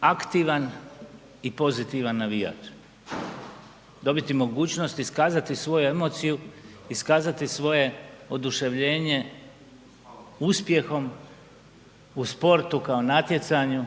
aktivan i pozitivan navijač, dobiti mogućnost i iskazati svoju emociju, iskazati svoje oduševljenje uspjehom u sportu kao natjecanju